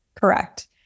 correct